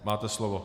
Máte slovo.